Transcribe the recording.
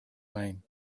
mine